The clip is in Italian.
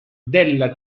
della